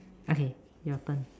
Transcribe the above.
okay your turn